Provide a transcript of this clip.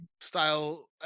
style